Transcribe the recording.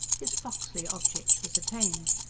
his foxly object was attained.